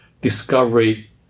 discovery